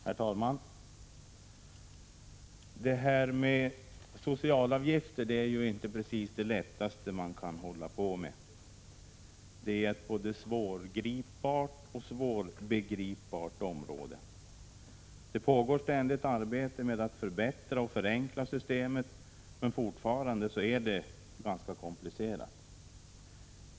Herr talman! Socialavgifter är inte precis det lättaste man kan hålla på med. Det är ett både svårgripbart och svårbegripbart område. Det pågår ständigt arbete med att förbättra och förenkla systemet, men fortfarande är det ganska komplicerat.